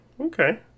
Okay